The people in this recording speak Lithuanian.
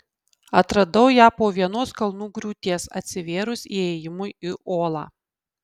atradau ją po vienos kalnų griūties atsivėrus įėjimui į olą